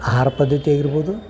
ಆಹಾರ ಪದ್ಧತಿಯಾಗಿರ್ಬೋದು